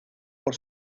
por